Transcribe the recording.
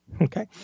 okay